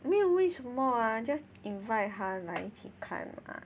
没有为什么 ah just invite 他来一起看 mah